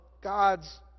God's